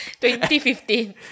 2015